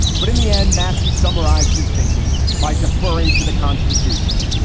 but in the end, massey summarized his thinking by deferring to the constitution,